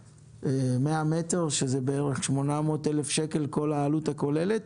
100 מטר שזה בערך 800,000 שקל כל העלות הכוללת,